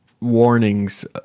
warnings